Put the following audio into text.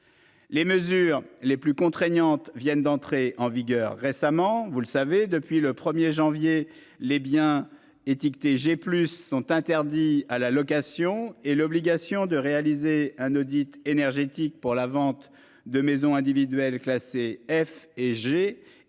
Les mesures les plus contraignantes viennent d'entrer en vigueur. Récemment, vous le savez, depuis le 1er janvier les biens étiqueté j'ai plus sont interdits à la location et l'obligation de réaliser un audit énergétique pour la vente de maisons individuelles classé F et G est